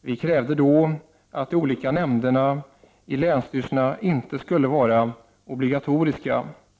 Vi krävde då att de olika nämnderna i länsstyrelserna inte skulle vara obligatoriska.